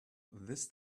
this